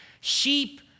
Sheep